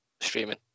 streaming